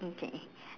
okay